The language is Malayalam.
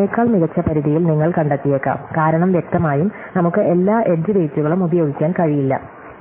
അതിനേക്കാൾ മികച്ച പരിധിയിൽ നിങ്ങൾ കണ്ടെത്തിയേക്കാം കാരണം വ്യക്തമായും നമുക്ക് എല്ലാ എഡ്ജ് വെയ്റ്റുകളും ഉപയോഗിക്കാൻ കഴിയില്ല